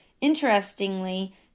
Interestingly